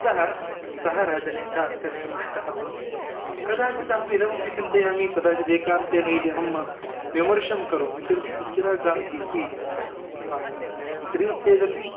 अतः सः राजनेता अत्यन्तम् इष्टः भवति कदाचित् अहम् इदमपि चिन्तयामि कदाचिदेकान्तेन अहं विमर्षं करोमि तर्हि इन्द्रागान्धी अपि स्त्री चेदपि